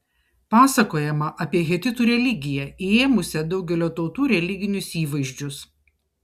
pasakojama apie hetitų religiją įėmusią daugelio tautų religinius įvaizdžius